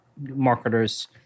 marketers